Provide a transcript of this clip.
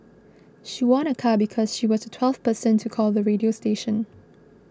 she won a car because she was the twelfth person to call the radio station